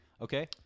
Okay